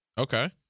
Okay